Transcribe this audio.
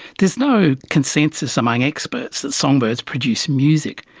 there's no consensus among experts that songbirds produce music,